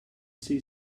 see